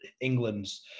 England's